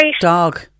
dog